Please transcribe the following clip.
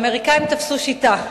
האמריקנים תפסו שיטה,